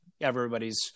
everybody's